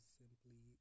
simply